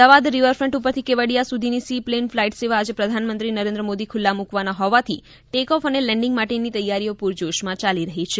Ahmedabad riverfront ઉપરથી કેવડીયા સુધીની seaplane flight સેવા આજે પ્રધાનમંત્રી નરેન્દ્ર મોદી ખુલ્લી મૂકવાના હોવાથી ટેક ઓફ અને લેન્ડિંગ માટેની તૈયારી પુરજોશમાં ચાલી રહી છે